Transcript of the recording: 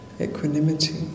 equanimity